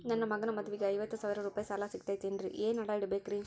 ನನ್ನ ಮಗನ ಮದುವಿಗೆ ಐವತ್ತು ಸಾವಿರ ರೂಪಾಯಿ ಸಾಲ ಸಿಗತೈತೇನ್ರೇ ಏನ್ ಅಡ ಇಡಬೇಕ್ರಿ?